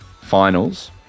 finals